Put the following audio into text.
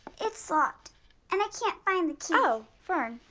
it's locked and i can't find the key. oh fern,